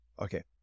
Okay